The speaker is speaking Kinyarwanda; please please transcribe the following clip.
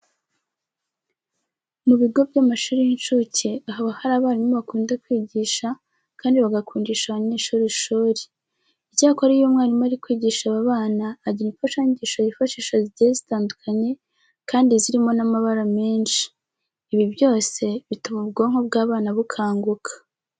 Mu bigo by'amashuri y'incuke haba hari abarimu bakunda kwigisha kandi bagakundisha abanyeshuri ishuri. Icyakora iyo umwarimu ari kwigisha aba bana agira imfashanyigisho yifashisha zigiye zitandukanye kandi zirimo n'amabara menshi. Ibi byose bituma ubwonko bw'abana bukanguka.